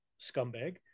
scumbag